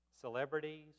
Celebrities